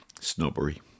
snobbery